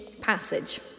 passage